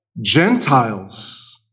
Gentiles